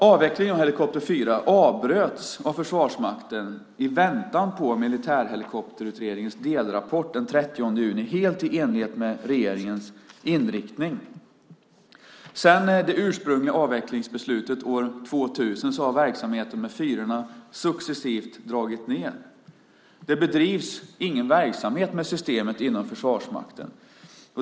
Avvecklingen av helikopter 4 avbröts av Försvarsmakten i väntan på Militärhelikopterutredningens delrapport den 30 juni, helt i enlighet med regeringens inriktning. Sedan det ursprungliga avvecklingsbeslutet år 2000 har verksamheten med fyrorna successivt dragits ned. Det bedrivs ingen verksamhet med systemet inom Försvarsmakten.